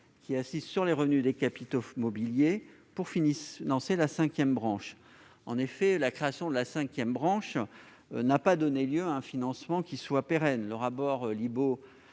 1 % assise sur les revenus des capitaux mobiliers, pour financer la cinquième branche. En effet, la création de cette branche n'a pas donné lieu à un financement pérenne. Le rapport Libault